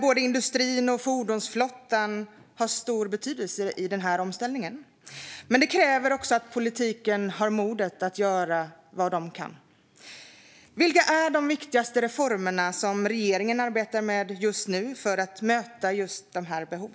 Både industrin och fordonsflottan har stor betydelse i den här omställningen, men det krävs att politiken har modet att göra det den kan. Vilka är de viktigaste reformerna som regeringen arbetar med för att möta just dessa behov?